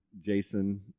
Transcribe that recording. Jason